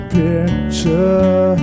picture